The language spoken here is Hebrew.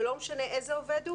לא משנה איזה עובד הוא?